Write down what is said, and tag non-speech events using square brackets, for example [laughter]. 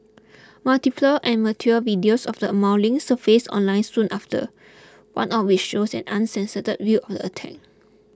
[noise] multiple amateur videos of the mauling surfaced online soon after [noise] one of which shows an uncensored view the attack